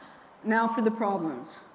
now for the problems.